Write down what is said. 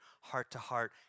heart-to-heart